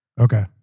Okay